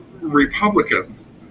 Republicans